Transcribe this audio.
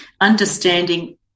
understanding